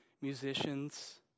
musicians